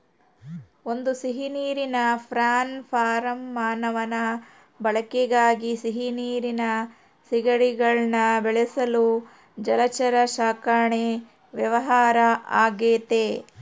ಒಂದು ಸಿಹಿನೀರಿನ prawn farm ಮಾನವನ ಬಳಕೆಗಾಗಿ ಸಿಹಿನೀರಿನ ಸೀಗಡಿಗುಳ್ನ ಬೆಳೆಸಲು ಜಲಚರ ಸಾಕಣೆ ವ್ಯವಹಾರ ಆಗೆತೆ